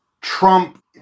Trump